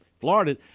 Florida